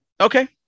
Okay